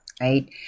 Right